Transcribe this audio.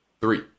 Three